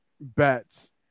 bets